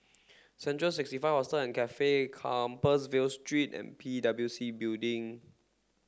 central sixty five Hostel and Cafe Compassvale Street and P W C Building